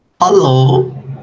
Hello